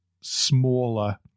smaller